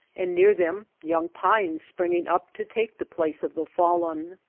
and near them young pines springing up to take the place of the fallen.